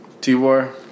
T-War